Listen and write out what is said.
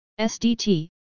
SDT